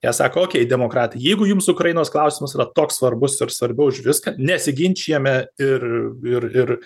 jie sako okei demokratai jeigu jums ukrainos klausimas yra toks svarbus ir svarbiau už viską nesiginčijame ir ir ir